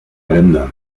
rändern